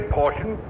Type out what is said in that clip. portion